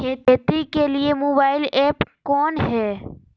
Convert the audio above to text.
खेती के लिए मोबाइल ऐप कौन है?